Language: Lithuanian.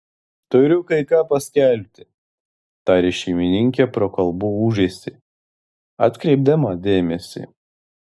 turiu kai ką paskelbti tarė šeimininkė pro kalbų ūžesį atkreipdama dėmesį